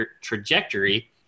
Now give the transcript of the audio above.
trajectory